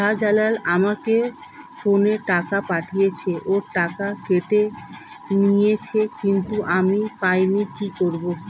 শাহ্জালাল আমাকে ফোনে টাকা পাঠিয়েছে, ওর টাকা কেটে নিয়েছে কিন্তু আমি পাইনি, কি করব?